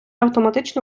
автоматично